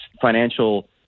financial